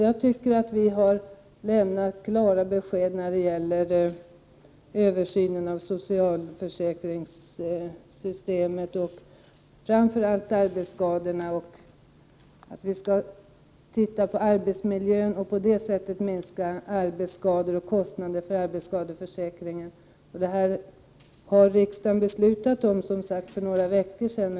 Jag tycker att vi har lämnat klara besked, framför allt när det gäller arbetsskadorna. Vi skall se över arbetsmiljön i syfte att minska antalet arbetsskador och kostnaderna för arbetskadeförsäkringen. Riksdagen fattade beslut i denna fråga för några veckor sedan.